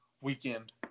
weekend